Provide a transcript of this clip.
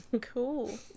Cool